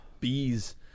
bees